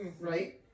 right